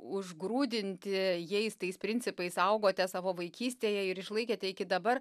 užgrūdinti jais tais principais augote savo vaikystėje ir išlaikėte iki dabar